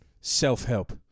Self-help